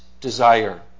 desire